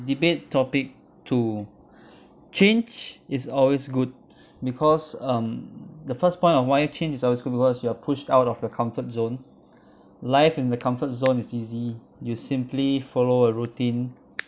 debate topic two change is always good because um the first point of why change is always good because you are pushed out of the comfort zone life in the comfort zone is easy you simply follow a routine